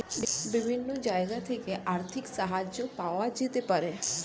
বিভিন্ন জায়গা থেকে আর্থিক সাহায্য পাওয়া যেতে পারে